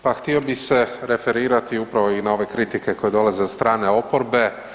Pa htio bih se referirati upravo i na ove kritike koje dolaze od strane oporbe.